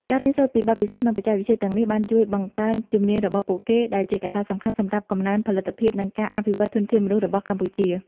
ការរៀនសូត្រពីបទពិសោធន៍ និងបច្ចេកវិទ្យាទាំងនេះអាចជួយបង្កើនជំនាញរបស់ពួកគេ ដែលជាកត្តាសំខាន់សម្រាប់កំណើនផលិតភាព និងការអភិវឌ្ឍន៍ធនធានមនុស្សរបស់កម្ពុជា។